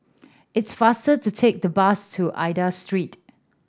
it's faster to take the bus to Aida Street